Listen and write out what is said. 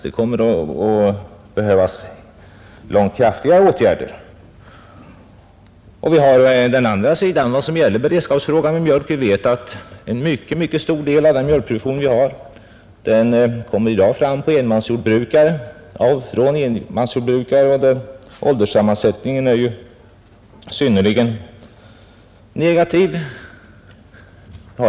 Det kommer att behövas långt kraftigare åtgärder. Frågan om beredskapen när det gäller mjölk har också en annan sida. En mycket stor del av vår mjölkproduktion i dag får vi från enmansjordbruk, där ålderssammansättningen är synnerligen negativ.